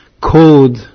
code